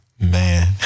Man